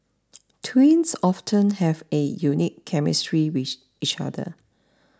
twins often have a unique chemistry with each other